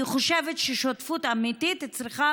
אני חושבת ששותפות אמיתית צריכה